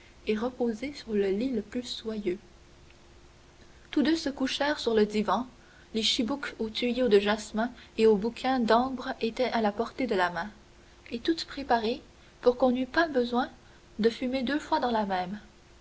et reposer sur le lit le plus soyeux tous deux se couchèrent sur le divan des chibouques aux tuyaux de jasmin et aux bouquins d'ambre étaient à la portée de la main et toutes préparées pour qu'on n'eût pas besoin de fumer deux fois dans la même